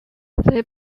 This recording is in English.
they